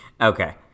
okay